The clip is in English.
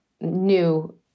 new